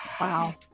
Wow